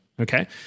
okay